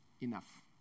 enough